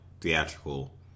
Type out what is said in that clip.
theatrical